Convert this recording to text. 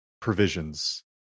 provisions